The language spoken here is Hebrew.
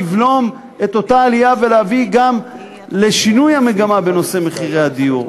לבלום את אותה עלייה ולהביא גם לשינוי המגמה בנושא מחירי הדיור,